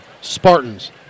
Spartans